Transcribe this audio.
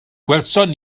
gwelsom